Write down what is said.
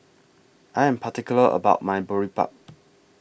I Am particular about My Boribap